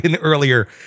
earlier